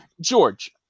George